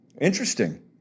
Interesting